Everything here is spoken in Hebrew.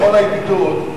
בכל הידידות,